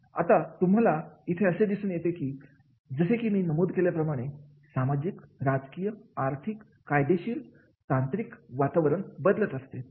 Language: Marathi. आता तुम्हाला इथे दिसून येईल की जसे मी अगोदर नमूद केल्याप्रमाणे सामाजिक राजकीय आर्थिक कायदेशीर तांत्रिक वातावरण बदलत असते